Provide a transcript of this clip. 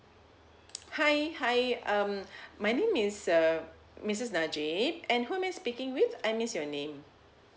hi hi um my name is uh missus najib and who am I speaking with I missed your name